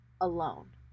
alone